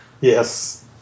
Yes